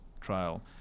trial